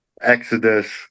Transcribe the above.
exodus